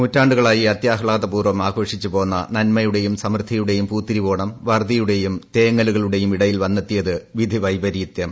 നൂറ്റാണ്ടുകളായി അത്യാഹ്ളാദപൂർവ്വം ആഘോഷിച്ചുപോന്ന നന്മയുടെയും സമൃദ്ധിയുടേയും പൂത്തിരിവോണം വറുതിയുടേയും തേങ്ങലുകളുടേയും ഇടയിൽ വന്നെത്തിയത് വിധിവൈപരീത്യം